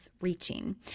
reaching